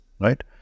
right